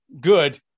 good